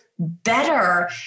Better